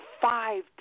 Five